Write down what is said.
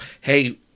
hey